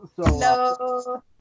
Hello